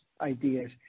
ideas